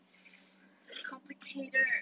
complicated